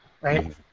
right